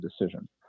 decision